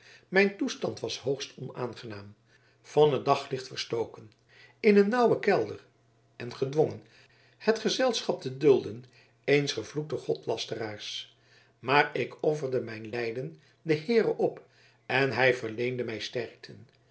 mijn toestand was hoogst onaangenaam van het daglicht verstoken in een nauwen kelder en gedwongen het gezelschap te dulden eens gevloekten godslasteraars maar ik offerde mijn lijden den heere op en hij verleende mij sterkte